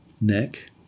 neck